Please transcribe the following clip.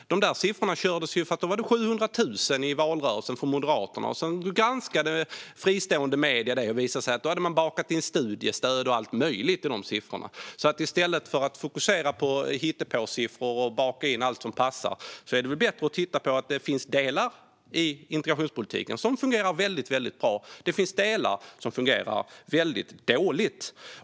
De sifforna kördes det ju med i valrörelsen. Enligt Moderaterna var det 700 000. Sedan granskade fristående medier det, och då visade det sig att man hade bakat in studiestöd och allt möjligt i siffrorna. I stället för att fokusera på hittepåsiffror och baka in allt som passar vore det bättre att titta på att det finns delar i integrationspolitiken som fungerar väldigt bra och delar som fungerar väldigt dåligt.